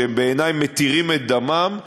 שבעיני מתירים את דמם,